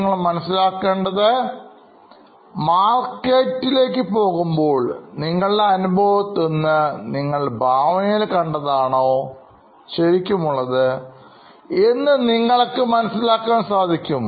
നിങ്ങൾ മാർക്കറ്റിലേക്ക് പോകുമ്പോൾ നിങ്ങളുടെ അനുഭവത്തിൽനിന്ന്നിങ്ങൾ ഭാവനയിൽ കണ്ടതാണോ ശരിക്കും ഉള്ളത്എന്ന് നിങ്ങൾക്ക് മനസ്സിലാക്കാൻ സാധിക്കും